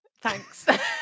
thanks